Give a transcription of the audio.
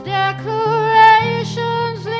decorations